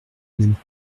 n’aime